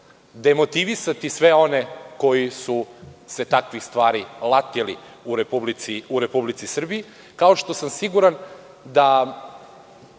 demotivisati sve one koji su se takvih stvari latili u Republici Srbiji, kao što sam siguran da,